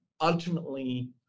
ultimately